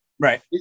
Right